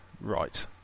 right